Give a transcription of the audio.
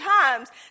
times